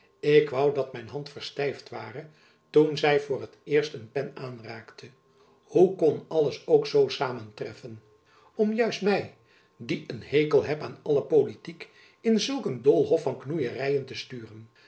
ik woû dat mijn hand verstijfd ware toen zy voor t eerst een pen aanraakte hoe kon alles ook zoo samentreffen om juist my die een hekel heb aan alle politiek in zulk een doolhof van knoeieryen te sturen